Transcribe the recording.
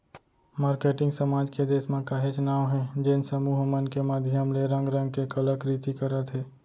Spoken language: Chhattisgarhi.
मारकेटिंग समाज के देस म काहेच नांव हे जेन समूह मन के माधियम ले रंग रंग के कला कृति करत हे